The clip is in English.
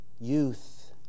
youth